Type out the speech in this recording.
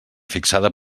fixada